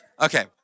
Okay